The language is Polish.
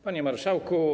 Panie Marszałku!